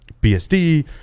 BSD